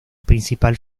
principal